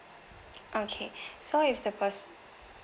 okay so if the pers~